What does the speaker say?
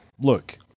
look